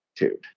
attitude